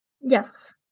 Yes